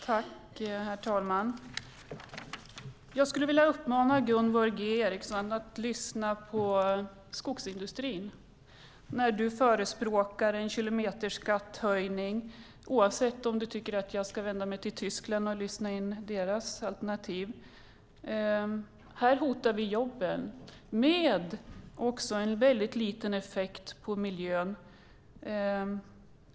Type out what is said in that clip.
Herr talman! Jag uppmanar dig, Gunvor G Ericson, att lyssna på skogsindustrin när du förespråkar en kilometerskattehöjning, även om du tycker att jag ska vända mig till Tyskland och lyssna in deras alternativ. Men här i Sverige hotas jobben, och det ger liten effekt på miljön.